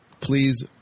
please